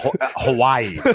Hawaii